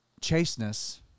Chasteness